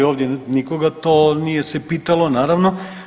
Ovdje nikoga to nije se pitalo, naravno.